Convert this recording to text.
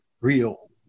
real